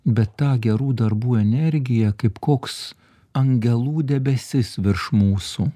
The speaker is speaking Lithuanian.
bet ta gerų darbų energiją kaip koks angelų debesis virš mūsų